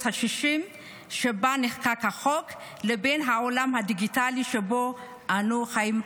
השישים שבה נחקק החוק לבין העולם הדיגיטלי שבו אנו חיים היום.